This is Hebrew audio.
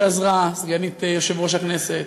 סגנית יושב-ראש הכנסת,